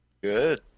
Good